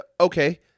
okay